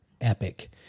epic